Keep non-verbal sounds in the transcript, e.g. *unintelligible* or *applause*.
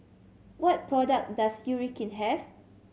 what product does *unintelligible* have